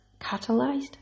catalyzed